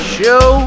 show